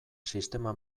sistema